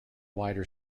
wider